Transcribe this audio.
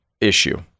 issue